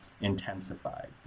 intensified